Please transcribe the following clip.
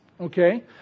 Okay